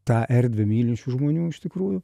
tą erdvę mylinčių žmonių iš tikrųjų